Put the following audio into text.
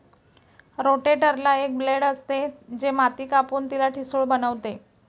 रोटेटरला एक ब्लेड असते, जे माती कापून तिला ठिसूळ बनवते